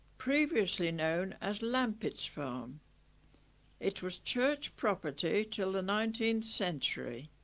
previously known as lampitt's farm it was church property till the nineteenth century